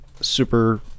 super